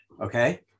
Okay